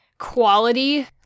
quality